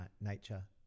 nature